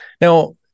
Now